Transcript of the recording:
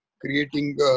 creating